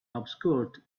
obscured